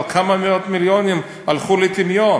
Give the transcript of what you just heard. אבל כמה מאות מיליונים הלכו לטמיון?